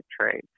trade